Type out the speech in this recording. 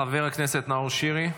חבר הכנסת נאור שירי.